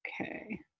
Okay